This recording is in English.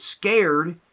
scared